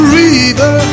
river